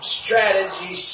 strategy